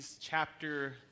chapter